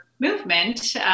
movement